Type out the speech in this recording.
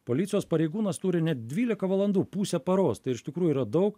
policijos pareigūnas turi net dvylika valandų pusę paros tai ir iš tikrųjų yra daug